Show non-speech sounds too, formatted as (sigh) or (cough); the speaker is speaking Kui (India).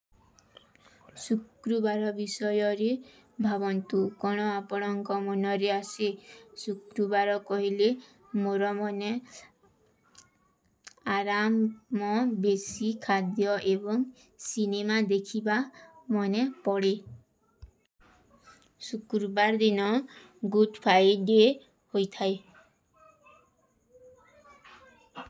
ସୁକ୍ରୁବାର ଵିଶଯାରେ ଭାଵନ୍ତୁ କାନା ଆପରଂକା ମନାରେ ଆଶେ, ସୁକ୍ରୁବାର କହିଲେ ମୁରା ମନେ (hesitation) ଆରାମ ମାଂ ବେସୀ ଖାଦ୍ଯା ଏବଂଗ ସୀନେମା ଦେଖୀବା ମନେ ପଡେ। ସୁକ୍ରୁବାର ଦିନା ଗୁଦଫାଈଡେ ହୋଈ ଥାଈ। (noise)